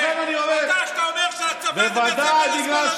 אתה עולה כאן ואתה מדבר עלינו,